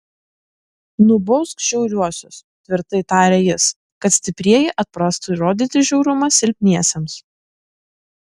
nubausk žiauriuosius tvirtai tarė jis kad stiprieji atprastų rodyti žiaurumą silpniesiems